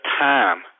time